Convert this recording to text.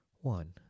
One